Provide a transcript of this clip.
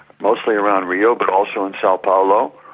mostly around rio but also in sao paulo,